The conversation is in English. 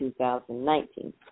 2019